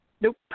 Nope